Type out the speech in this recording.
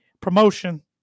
promotion